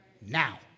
now